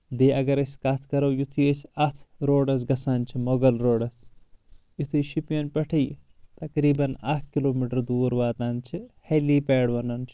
بییٚہِ اگر أسۍ کتھ کرو یُتھے أسۍ اتھ روڑس گژھان چھِ مۄغل روڑس یُتھے شُپٮین پٮ۪ٹھے تقریباً اکھ کلو میٹر دوٗر واتان چھِ ہیٚلی پیڈ ونان چھِ